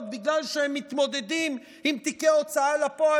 בגלל שהם מתמודדים עם תיקי הוצאה לפועל,